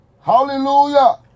Hallelujah